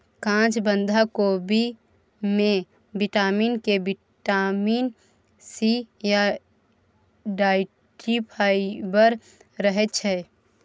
काँच बंधा कोबी मे बिटामिन के, बिटामिन सी या डाइट्री फाइबर रहय छै